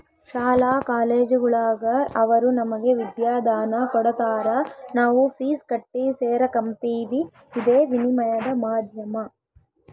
ಶಾಲಾ ಕಾಲೇಜುಗುಳಾಗ ಅವರು ನಮಗೆ ವಿದ್ಯಾದಾನ ಕೊಡತಾರ ನಾವು ಫೀಸ್ ಕಟ್ಟಿ ಸೇರಕಂಬ್ತೀವಿ ಇದೇ ವಿನಿಮಯದ ಮಾಧ್ಯಮ